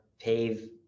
pave